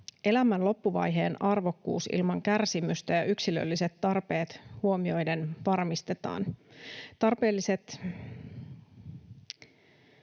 ”Elämän loppuvaiheen arvokkuus ilman kärsimystä ja yksilölliset tarpeet huomioiden varmistetaan. Tarpeelliset